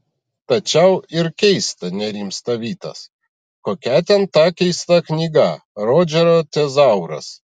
tačiau ir keista nerimsta vitas kokia ten ta keista knyga rodžerio tezauras